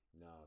no